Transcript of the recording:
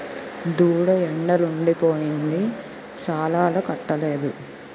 దూడ ఎండలుండి పోయింది సాలాలకట్టలేదు